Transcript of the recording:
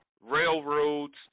railroads